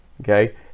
okay